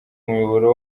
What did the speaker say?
muyoboro